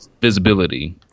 visibility